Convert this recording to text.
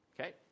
Okay